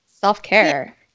self-care